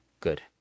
good